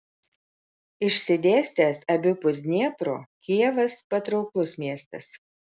išsidėstęs abipus dniepro kijevas patrauklus miestas